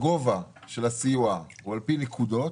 גובה הסיוע הוא על פי נקודות,